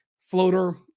floater